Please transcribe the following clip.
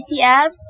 ETFs